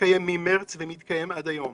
התקיימה ממרץ ומתקיימת עד היום.